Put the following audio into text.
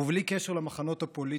ובלי קשר למחנות הפוליטיים,